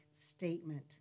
statement